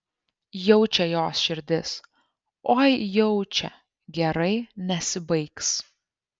jaučia jos širdis oi jaučia gerai nesibaigs